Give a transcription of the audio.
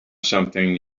something